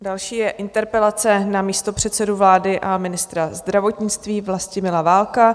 Další je interpelace na místopředsedu vlády a ministra zdravotnictví Vlastimila Válka.